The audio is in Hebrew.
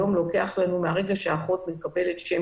היום לוקח לנו מהרגע שהאחות מקבלת שם